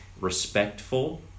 respectful